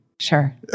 Sure